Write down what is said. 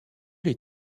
les